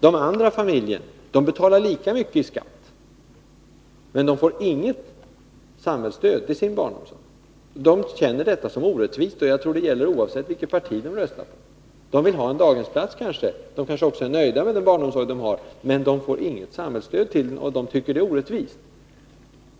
Den andra familjen betalar lika mycket i skatt, men den får inget samhällsstöd till sin barnomsorg. Den familjen känner detta som orättvist, och det gäller oavsett vilket parti de röstar på. I den här familjen vill de kanske ha en daghemsplats, men de kan också vara nöjda med den barnomsorg de har, och att de inte får något samhällsstöd till den tycker de är orättvist.